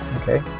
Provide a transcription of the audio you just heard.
Okay